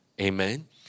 Amen